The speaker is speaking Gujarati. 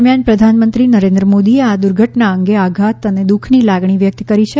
દરમિયાન પ્રધાનમંત્રી નરેન્દ્ર મોદીએ આ દુર્ઘટના અંગે આધાત અને દુઃખની લાગણી વ્યક્ત કરી છે